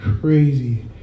crazy